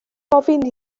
ofyn